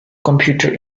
computer